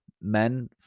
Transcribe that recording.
men